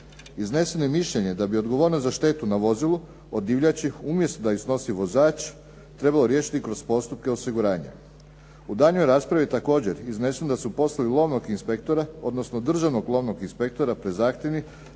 Izneseno je mišljenje da bi odgovornost za štetu na vozilu od divljači umjesto da ju snosi vozač trebalo riješiti kroz postupke osiguranja. U daljnjoj raspravi je također izneseno da su poslovi lovnog inspektora, odnosno državnog lovnog inspektora prezahtjevni